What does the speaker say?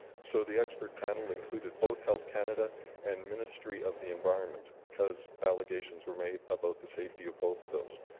so the expert panel included both health canada and ministry of the environment. because allegations were made about the safety of both of those.